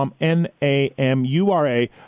N-A-M-U-R-A